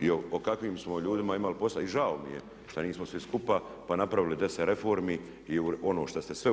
I o kakvim smo ljudima imali posla? I žao mi je što nismo svi skupa pa napravili 10 reformi i ono što ste sve